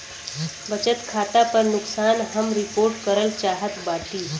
बचत खाता पर नुकसान हम रिपोर्ट करल चाहत बाटी